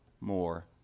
more